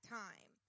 time